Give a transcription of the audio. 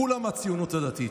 כולם מהציונות הדתית,